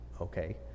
okay